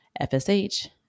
FSH